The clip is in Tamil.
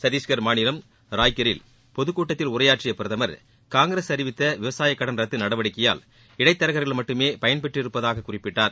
சத்தீஸ்கர் மாநிலம் ராய்க்கரில் பொதுக்கூட்டத்தில் உரையாற்றிய பிரதமர் காங்கிரஸ் அறிவித்த விவசாயக் கடன் ரத்து நடவடிக்கையால் இடைத்தரகர்கள் மட்டுமே பயன்பெற்றிருப்பதாக குறிப்பிட்டார்